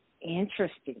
interesting